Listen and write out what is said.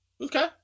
Okay